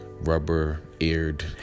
rubber-eared